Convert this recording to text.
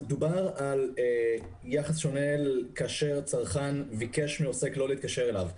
דובר על יחס שונה כאשר הצרכן ביקש מעוסק לא להתקשר אליו.